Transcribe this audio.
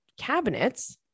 cabinets